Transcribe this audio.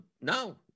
No